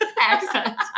accent